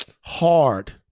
hard